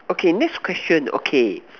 okay next question okay